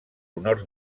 honors